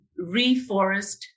reforest